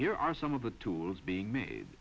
here are some of the tools being made